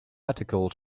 article